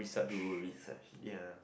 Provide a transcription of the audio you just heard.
do research ya